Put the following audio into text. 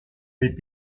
les